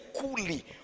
coolly